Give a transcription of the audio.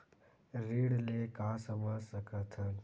ऋण ले का समझ सकत हन?